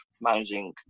managing